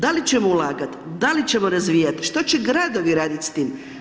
Da li ćemo ulagat, da li ćemo razvijat, što će gradovi radit s tim?